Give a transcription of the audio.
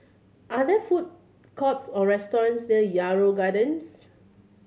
are there food courts or restaurants near Yarrow Gardens